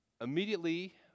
immediately